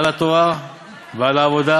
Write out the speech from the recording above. על התורה ועל העבודה